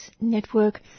Network